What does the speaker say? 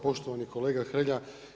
Poštovani kolega Hrelja.